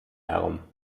herum